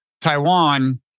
Taiwan